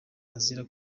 azira